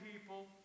people